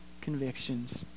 convictions